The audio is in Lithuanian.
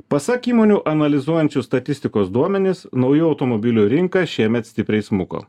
pasak įmonių analizuojančių statistikos duomenis naujų automobilių rinka šiemet stipriai smuko